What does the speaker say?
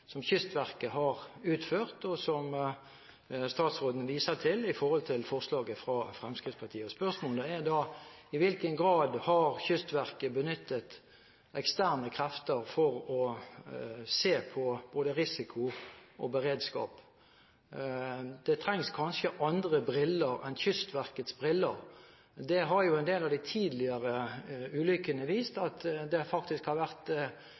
som Kystverket har utført, og som statsråden viste til med hensyn til forslaget fra Fremskrittspartiet. Spørsmålet er da: I hvilken grad har Kystverket benyttet eksterne krefter for å se på både risiko og beredskap? Det trengs kanskje andre briller enn Kystverkets briller. En del av de tidligere ulykkene har vist at det faktisk har vært